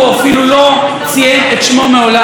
הוא אפילו לא ציין את שמו מעולם.